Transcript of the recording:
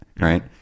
right